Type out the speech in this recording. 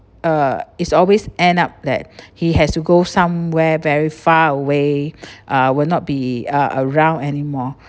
uh it's always end up that he has to go somewhere very far way uh will not be uh around anymore